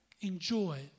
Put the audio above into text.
enjoy